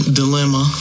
dilemma